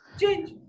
change